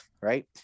right